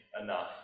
enough